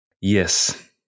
Yes